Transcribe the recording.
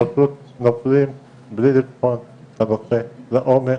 פשוט פוסלים בלי לבחון את הנושא לעומק,